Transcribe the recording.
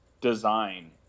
design